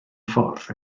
ffordd